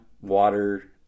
water